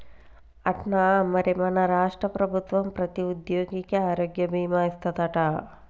అట్నా మరి మన రాష్ట్ర ప్రభుత్వం ప్రతి ఉద్యోగికి ఆరోగ్య భీమా ఇస్తాదట